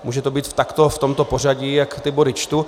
Může to být takto v tomto pořadí, jak ty body čtu.